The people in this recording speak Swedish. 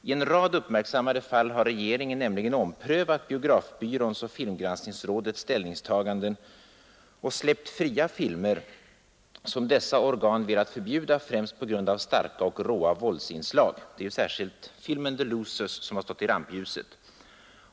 I en rad uppmärksammade fall har regeringen nämligen omprövat biografbyråns och filmgranskningsrådets ställningstaganden och släppt fria filmer som dessa organ velat förbjuda, främst på grund av starka och råa våldsinslag, Det är särskilt filmen The Losers som har stått i rampljuset.